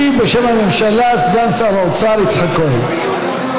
ישיב בשם הממשלה סגן שר האוצר יצחק כהן.